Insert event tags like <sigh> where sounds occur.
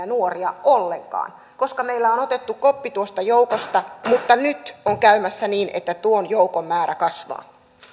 <unintelligible> nuoria ollenkaan koska meillä on otettu koppi tuosta joukosta mutta nyt on käymässä niin että tuon joukon määrä kasvaa